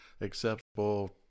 acceptable